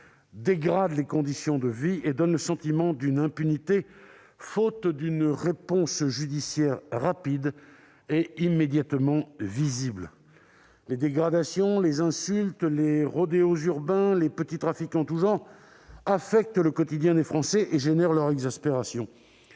dégrade les conditions de vie et donne le sentiment d'une impunité faute d'une réponse judiciaire rapide et immédiatement visible. Les dégradations, les insultes, les rodéos urbains et les petits trafics en tous genres affectent le quotidien des Français et génèrent leur exaspération.